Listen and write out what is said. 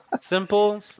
simple